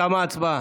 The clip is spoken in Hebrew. תמה ההצבעה.